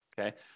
okay